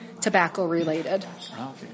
tobacco-related